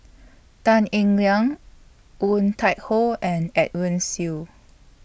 Tan Eng Liang Woon Tai Ho and Edwin Siew